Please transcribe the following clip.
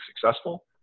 successful